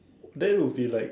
that would be like